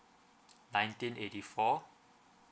nineteen eighty four